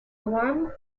warm